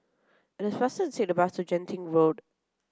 it is faster to take the bus to Genting Road